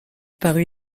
parut